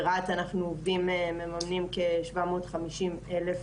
ברהט אנחנו מממנים כשבע מאות חמישים אלף